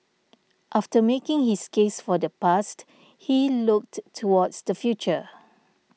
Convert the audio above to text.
after making his case for the past he looked towards the future